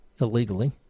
illegally